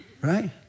right